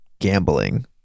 gambling